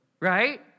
Right